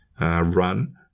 run